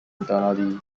internally